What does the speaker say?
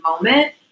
moment